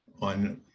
on